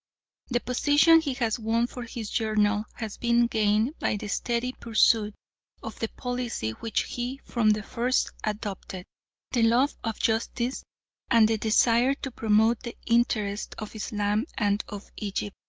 the position he has won for his journal has been gained by the steady pursuit of the policy which he from the first adopted the love of justice and the desire to promote the interests of islam and of egypt.